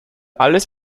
alles